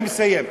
אני מסיים,